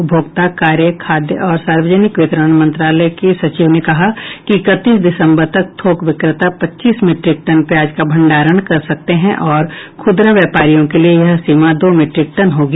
उपभोक्ता कार्य खाद्य और सार्वजनिक वितरण मंत्रालय की सचिव ने कहा कि इकतीस दिसम्बर तक थोक विक्रेता पच्चीस मीट्रिक टन प्याज का भंडारण कर सकते है और खुदरा व्यापारियों के लिए यह सीमा दो मीट्रिक टन होगी